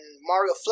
Mario